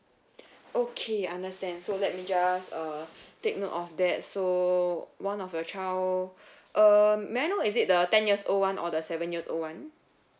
okay understand so let me just uh take note of that so one of your child err may I know is it the ten years old [one] or the seven years old [one]